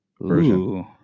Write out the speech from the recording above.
version